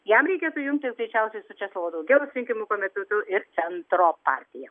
jam reikėtų jungtis greičiausiai su česlovo daugėlos rinkimų komitetu ir centro partija